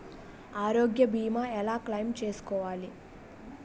ఆరోగ్య భీమా ఎలా క్లైమ్ చేసుకోవాలి?